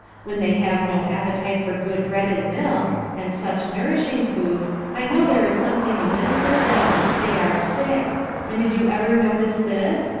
when they have no appetite for good bread and milk, and such nourishing food, i know there is something amiss with them they are sick and did you ever notice this?